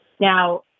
Now